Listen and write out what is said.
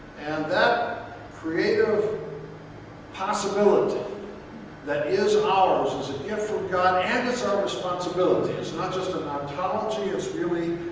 and that creative possibility that is um ours is a gift from god and it's our responsibility. it's not just an ontology, it's really